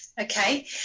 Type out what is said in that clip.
okay